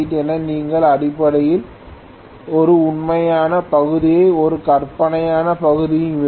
எனவே நீங்கள் அடிப்படையில் ஒரு உண்மையான பகுதியும் ஒரு கற்பனையான பகுதியும் இருக்கும்